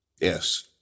Yes